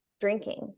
drinking